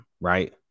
right